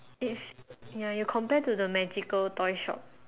it's ya you compare to the magical toy shop